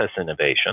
innovation